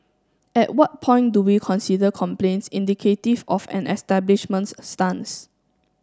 at what point do we consider complaints indicative of an establishment's stance